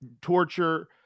torture